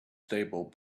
stable